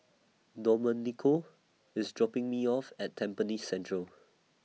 Domenico IS dropping Me off At Tampines Central